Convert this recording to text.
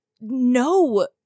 no